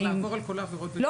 נעבור על כל העבירות.